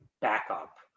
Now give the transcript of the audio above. backup